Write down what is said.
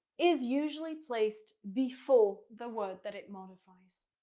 is usually placed before the word that it modifies.